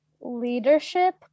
leadership